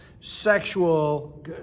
sexual